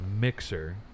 mixer